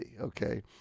okay